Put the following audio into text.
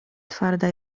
twarda